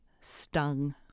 stung